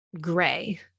gray